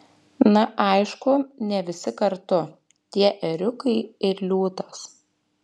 na aišku ne visi kartu tie ėriukai ir liūtas